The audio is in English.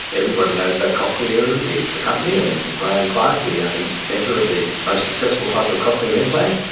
everybody knows about cochlear the ah company and graeme clark the yeah inventor of the most successful type of cochlear implant.